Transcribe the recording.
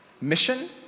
Mission